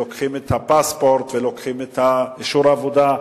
שלוקחות את הפספורט ולוקחות את אישור העבודה,